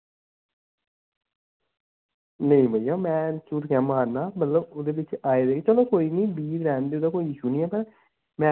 नेईं भाइया में झूठ कैंह् मारना मतलब ओह्दे बिच्च आए दे गै चलो कोई निं बीह् रैह्न देओ कोई इशू निं ऐ पर में